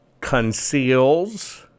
conceals